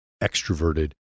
extroverted